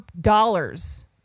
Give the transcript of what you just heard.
dollars